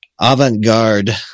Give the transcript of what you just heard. avant-garde